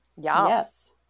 Yes